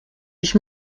ich